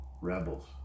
rebels